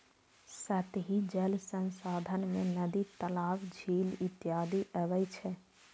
सतही जल संसाधन मे नदी, तालाब, झील इत्यादि अबै छै